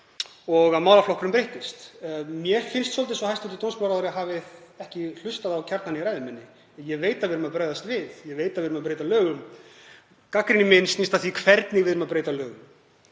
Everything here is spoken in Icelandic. og að málaflokkurinn breyttist. Mér finnst svolítið eins og hæstv. dómsmálaráðherra hafi ekki hlustað á kjarnann í ræðu minni. Ég veit að við erum að bregðast við. Ég veit að við erum að breyta lögum. Gagnrýni mín snýr að því hvernig við breytum lögum.